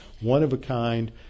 one-of-a-kind